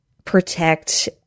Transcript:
protect